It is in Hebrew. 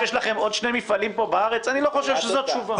שיש לכם עוד שני מפעלים בארץ אני חושב שזה לא תשובה.